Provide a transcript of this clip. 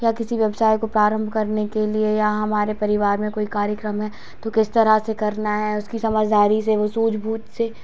या किसी व्यवसाय को प्रारम्भ करने के लिए या हमारे परिवार में कोई कार्यक्रम है तो किस तरह से करना है उसकी समझदारी से वह सूझ बूझ से